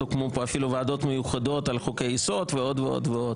הוקמו פה אפילו ועדות מיוחדות על חוקי-יסוד ועוד ועוד.